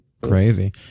crazy